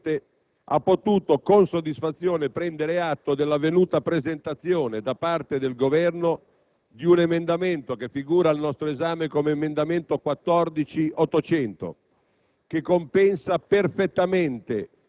l'intera Commissione ha potuto con soddisfazione prendere atto dell'avvenuta presentazione, da parte del Governo, di un emendamento che figura al nostro esame come emendamento 14.800,